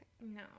No